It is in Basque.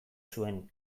zuen